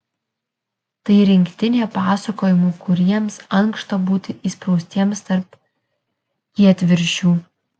tai rinktinė pasakojimų kuriems ankšta būti įspraustiems tarp kietviršių